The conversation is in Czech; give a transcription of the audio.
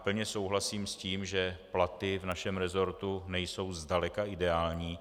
Plně souhlasím s tím, že platy v našem resortu nejsou zdaleka ideální.